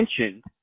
mentioned